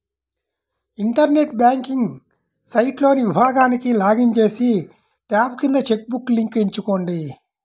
internet banking సైట్లోని విభాగానికి login చేసి, ట్యాబ్ కింద చెక్ బుక్ లింక్ ఎంచుకోండి